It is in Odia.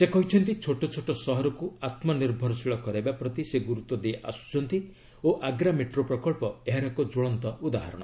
ସେ କହିଛନ୍ତି ଛୋଟ ଛୋଟ ସହରକୁ ଆତ୍ମନିର୍ଭରଶୀଳ କରାଇବା ପ୍ରତି ସେ ଗୁରୁତ୍ୱ ଦେଇଆସୁଛନ୍ତି ଓ ଆଗ୍ରା ମେଟ୍ରୋ ପ୍ରକଳ୍ପ ଏହାର ଏକ ଜ୍ୱଳନ୍ତ ଉଦାହରଣ